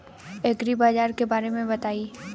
एग्रीबाजार के बारे में बताई?